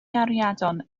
gariadon